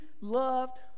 loved